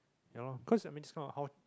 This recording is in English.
ya lor cause i mean this kind of how how